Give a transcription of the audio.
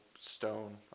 Stone